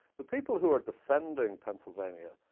the people who are defending pennsylvania